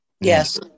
Yes